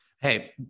Hey